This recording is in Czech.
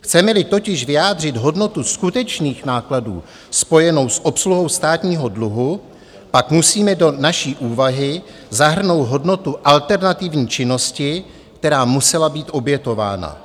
Chcemeli totiž vyjádřit hodnotu skutečných nákladů spojenou s obsluhou státního dluhu, pak musíme do naší úvahy zahrnout hodnotu alternativní činnosti, která musela být obětována.